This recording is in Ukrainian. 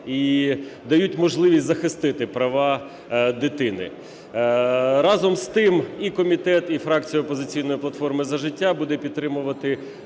і дають можливість захистити права дитини. Разом з тим і комітет, і фракція "Опозиційна платформа - За життя" буде підтримувати